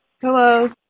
Hello